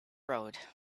road